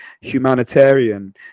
humanitarian